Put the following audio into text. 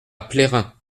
plérin